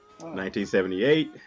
1978